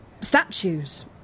Statues